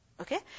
Okay